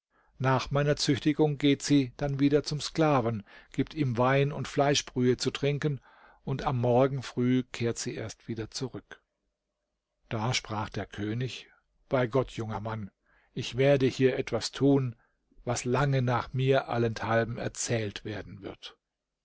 nach meiner züchtigung geht sie dann wieder zum sklaven gibt ihm wein und fleischbrühe zu trinken und am morgen früh kehrt sie erst wieder zurück da sprach der könig bei gott junger mann ich werde hier etwas tun was lange nach mir allenthalben erzählt werden wird